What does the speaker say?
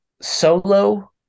solo